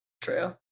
True